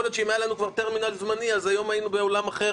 יכול להיות שאם היה לנו כבר טרמינל זמני אז היום היינו בעולם אחר